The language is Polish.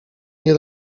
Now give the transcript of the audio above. nie